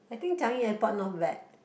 I think Changi Airport not bad